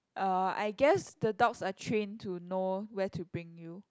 uh I guess the dogs are train to know where to bring you